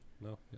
No